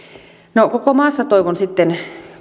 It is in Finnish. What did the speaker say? no koko maassa toivon sitten